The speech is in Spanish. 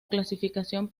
clasificación